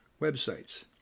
websites